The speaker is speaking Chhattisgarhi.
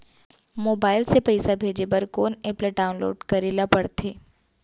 मोबाइल से पइसा भेजे बर कोन एप ल डाऊनलोड करे ला पड़थे?